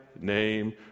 name